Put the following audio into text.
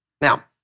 Now